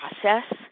process